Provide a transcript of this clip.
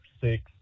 six